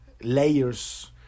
layers